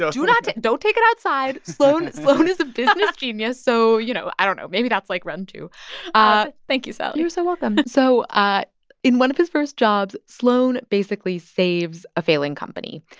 do not don't take it outside. sloan sloan is a business genius. so, you know, i don't know. maybe that's like rund too ah thank you, sally you're so welcome. so ah in one of his first jobs, sloan, basically, saves a failing company.